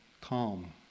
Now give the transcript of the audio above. calm